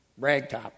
ragtop